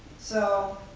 so,